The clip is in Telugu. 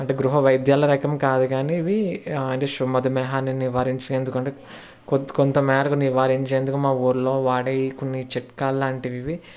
అంటే గృహవైద్యాల రకం కాదు కానీ ఇవి అంటే మధుమేహాన్ని నివారించేందుకు అంటే కొత్త కొంత మేరకు నివారించేందుకు మా ఊళ్ళో వాడే ఈ కొన్ని చిట్కాలు లాంటివి ఇవి